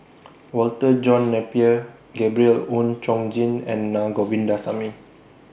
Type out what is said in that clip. Walter John Napier Gabriel Oon Chong Jin and Na Govindasamy